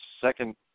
second